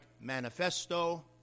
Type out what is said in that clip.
manifesto